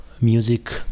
music